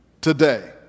today